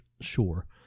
sure